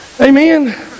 Amen